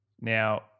Now